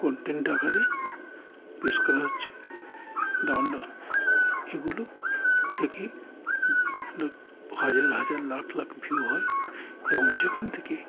content টাকারে পেশ করা হচ্ছে ডাউনলোড এগুলো থেকে হাজার হাজার লাখ লাখ ভিউ হয় এবং সেখান থেকে